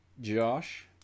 Josh